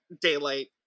daylight